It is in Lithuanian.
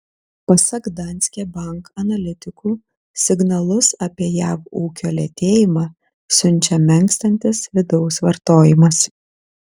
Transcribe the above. pasak danske bank analitikų signalus apie jav ūkio lėtėjimą siunčia menkstantis vidaus vartojimas